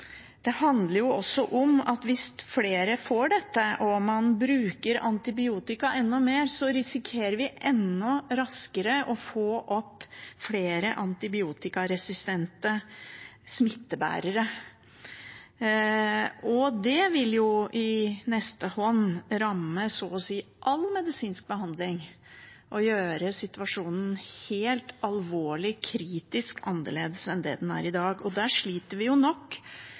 det handler også om at hvis flere får dette og man bruker antibiotika enda mer, risikerer vi enda raskere å få opp flere antibiotikaresistente smittebærere. Det vil i neste omgang ramme så å si all medisinsk behandling og gjøre situasjonen helt alvorlig og kritisk annerledes enn den er i dag. Vi sliter nok med å begrense bruken av antibiotika i den behandlingen vi